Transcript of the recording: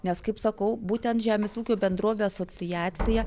nes kaip sakau būtent žemės ūkio bendrovių asociacija